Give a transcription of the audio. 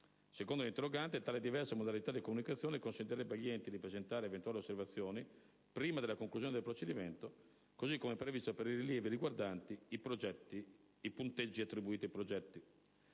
Secondo l'interrogante tale diversa modalità di comunicazione consentirebbe agli enti di presentare eventuali osservazioni prima della conclusione del procedimento, così come previsto per i rilievi riguardanti i punteggi attribuiti ai progetti.